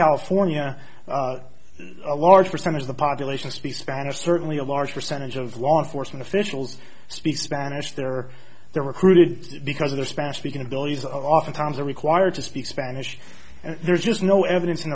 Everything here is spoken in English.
california a large percentage of the population speaks spanish certainly a large percentage of law enforcement officials speak spanish there or they're recruited because of their spanish speaking abilities oftentimes are required to speak spanish and there's just no evidence in